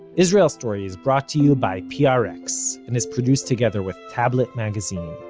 israel story is brought to you by prx, and is produced together with tablet magazine